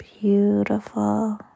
Beautiful